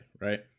right